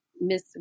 Miss